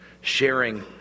sharing